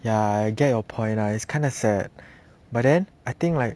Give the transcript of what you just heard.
ya I get your point lah it's kind of sad but then I think like